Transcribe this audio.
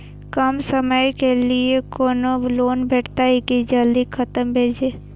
कम समय के लीये कोनो लोन भेटतै की जे जल्दी खत्म भे जे?